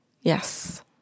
Yes